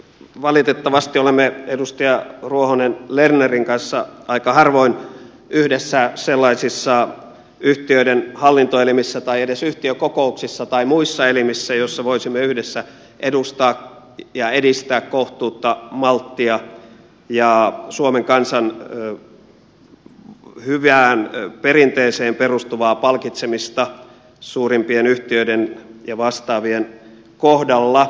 valitettavasti olemme edustaja ruohonen lernerin kanssa aika harvoin yhdessä sellaisissa yhtiöiden hallintoelimissä tai edes yhtiökokouksissa tai muissa elimissä joissa voisimme yhdessä edustaa ja edistää kohtuutta malttia ja suomen kansan hyvään perinteeseen perustuvaa palkitsemista suurimpien yhtiöiden ja vastaavien kohdalla